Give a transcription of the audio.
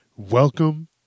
Welcome